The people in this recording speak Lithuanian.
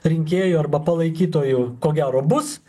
rinkėjų arba palaikytojų ko gero bus